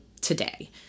today